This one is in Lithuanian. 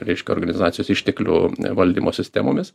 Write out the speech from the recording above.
reiškia organizacijos išteklių valdymo sistemomis